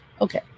Okay